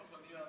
טוב, אני אענה.